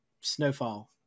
snowfall